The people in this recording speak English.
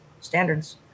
standards